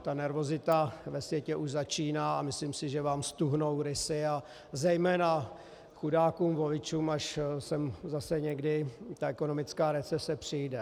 Ta nervozita ve světě už začíná a myslím si, že vám ztuhnou rysy, a zejména chudákům voličům, až sem zase někdy ta ekonomická recese přijde.